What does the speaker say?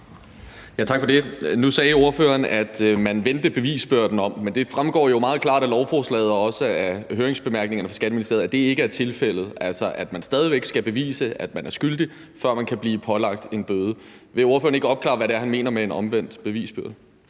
Tak for det. Nu sagde ordføreren, at man vendte bevisbyrden om, men det fremgår jo meget klart af lovforslaget og også af høringsbemærkningerne fra Skatteministeriet, at det ikke er tilfældet, altså at man stadig væk skal bevise, at man er skyldig, før man kan blive pålagt en bøde. Vil ordføreren ikke opklare, hvad det er, han mener med en omvendt bevisbyrde?